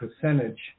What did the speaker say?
percentage